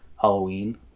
Halloween